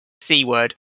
C-word